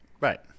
Right